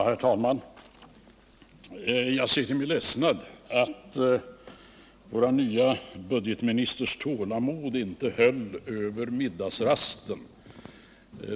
Herr talman! Jag ser till min ledsnad att vår nye budgetministers tålamod inte höll över middagsrasten.